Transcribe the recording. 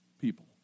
people